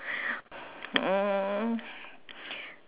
um